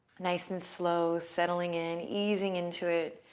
nice and slow, settling in, easing into it,